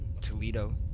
Toledo